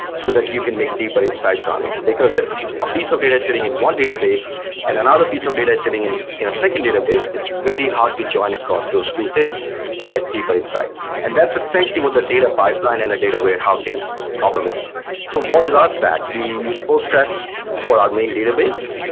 so that you can make deeper insights on it. because if a piece of data is sitting in one database and another piece of data is sitting in in a second database, it's very hard to join across those two things to get deeper insights. and that's essentially what the data pipeline and the data warehousing problem is so what is our stack? we use postgresql for our main database,